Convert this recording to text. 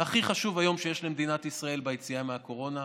הכי חשוב היום שיש למדינת ישראל ביציאה מהקורונה,